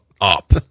up